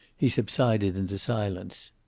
he subsided into silence.